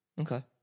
Okay